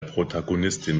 protagonistin